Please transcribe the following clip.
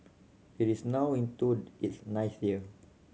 it is now into its ninth year